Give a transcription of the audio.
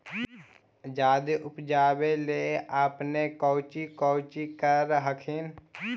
जादे उपजाबे ले अपने कौची कौची कर हखिन?